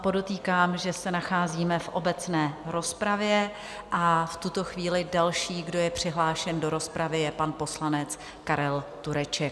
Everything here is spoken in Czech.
Podotýkám, že se nacházíme v obecné rozpravě, a v tuto chvíli další, kdo je přihlášen do rozpravy, je pan poslanec Karel Tureček.